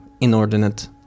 inordinate